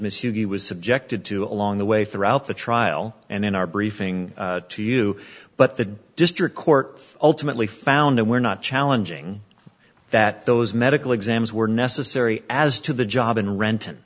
you he was subjected to along the way throughout the trial and in our briefing to you but the district court ultimately found that were not challenging that those medical exams were necessary as to the job and rent